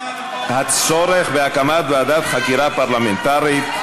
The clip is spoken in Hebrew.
הצורך בהקמת ועדת חקירה פרלמנטרית.